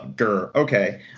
okay